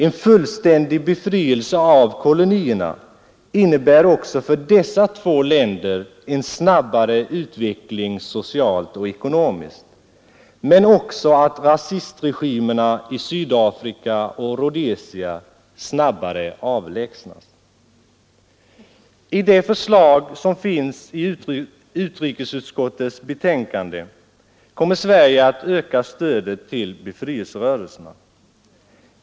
En fullständig befrielse av kolonierna innebär också för dessa två länder en snabbare utveckling socialt och ekonomiskt samtidigt som rasistregimerna i Sydafrika och Rhodesia snabbare kan avlägsnas. Enligt förslagen i utrikesutskottets betänkande nr 3 kommer Sverige att öka stödet till befrielserörelserna.